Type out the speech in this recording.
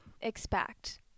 expect